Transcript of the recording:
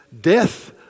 death